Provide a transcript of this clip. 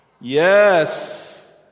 Yes